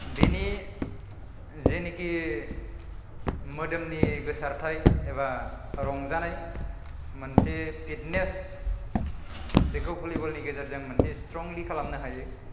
बेनि जेनेखि मोदोमनि गोसारथाय एबा रंजानाय मोनसे फिटनेस बेखौ भलिबलनि गेजेरजों मोनसे स्ट्रंलि खालामनो हायो